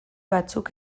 batzuek